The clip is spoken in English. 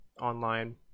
online